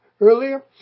earlier